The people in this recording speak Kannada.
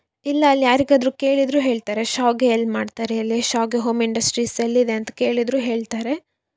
ಇಲ್ಲ ಅಲ್ಲಿ ಯಾರಿಗಾದರೂ ಕೇಳಿದರೂ ಹೇಳ್ತಾರೆ ಶಾವಿಗೆ ಎಲ್ಲಿ ಮಾಡ್ತಾರೆ ಇಲ್ಲಿ ಶಾವಿಗೆ ಹೋಮ್ ಇಂಡಸ್ಟ್ರೀಸ್ ಎಲ್ಲಿದೆ ಅಂತ ಕೇಳಿದರೂ ಹೇಳ್ತಾರೆ